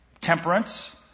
temperance